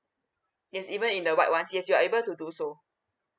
yes even in the white ones yes you are able to do so